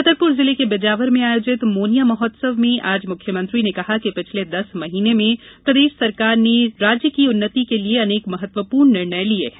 छतरपुर जिले के बिजावर में आयोजित मोनिया महोत्सव में आज मुख्यमंत्री ने कहा कि पिछले दस माह में प्रदेश सरकार ने राज्य की उन्नति के लिये अनेक महत्वपूर्ण निर्णय लिये है